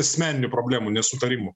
asmeninių problemų nesutarimų